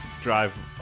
drive